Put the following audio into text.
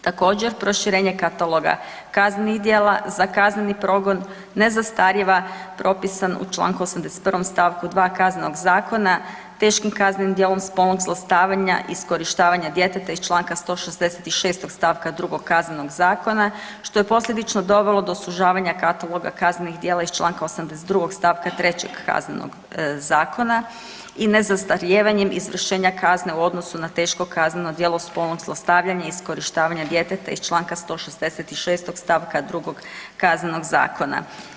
Također, proširenje kataloga kaznenih djela za kazneni progon ne zastarijeva propisan u čl. 81. st. 2 Kaznenog zakona, teškim kaznenim djelom spolnog zlostavljanja, iskorištavanja djeteta iz čl. 166. st. 2 Kaznenog zakona, što je posljedično dovelo do sužavanja kataloga kaznenih djela iz čl. 82. st. 3. Kaznenog zakona i ne zastarijevanjem izvršenja kazne u odnosu na teško kazneno djelo spolnog zlostavljanja i iskorištavanja djeteta iz čl. 166. st. 2 Kaznenog zakona.